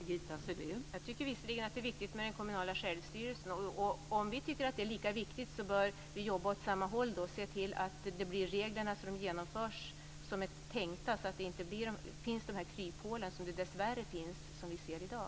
Fru talman! Jag tycker visserligen att det är viktigt med den kommunala självstyrelsen. Om vi tycker att det är lika viktigt, bör vi jobba åt samma håll och se till att reglerna genomförs som de är tänkta, så att det inte finns de kryphål som vi dessvärre ser i dag.